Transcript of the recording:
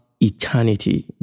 eternity